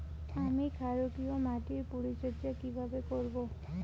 আমি ক্ষারকীয় মাটির পরিচর্যা কিভাবে করব?